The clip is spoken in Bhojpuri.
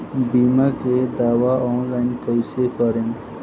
बीमा के दावा ऑनलाइन कैसे करेम?